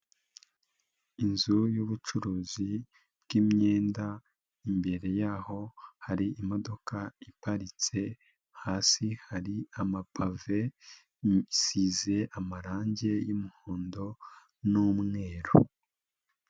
Inzu y'ubucuruzi bw'imyenda, imbere ya ho hari imodoka iparitse, hasi hari amapave, asize amarangi y'umuhondo numweru.